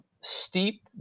steep